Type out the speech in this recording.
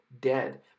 dead